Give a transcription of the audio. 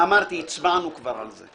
אמרתי הצבענו כבר על זה.